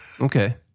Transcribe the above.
Okay